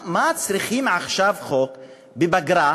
מה צריכים עכשיו להעלות חוק בפגרה,